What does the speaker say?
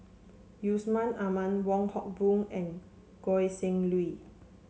Yusman Aman Wong Hock Boon and Goi Seng Hui